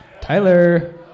Tyler